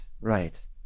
right